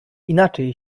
inaczej